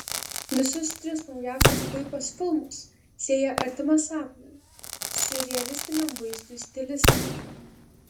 visus tris naujausius puipos filmus sieja artima sapnui siurrealistiniam vaizdui stilistika